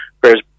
Whereas